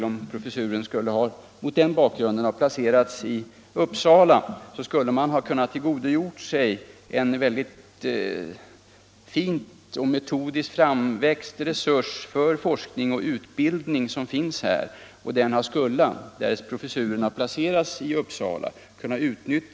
Om professuren mot den bakgrunden skulle ha placerats i Uppsala, hade man kunnat tillgodogöra sig de metodiskt framvuxna resurser för forskning och utbildning som finns där.